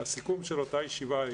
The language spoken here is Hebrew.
והסיכום של אותה ישיבה,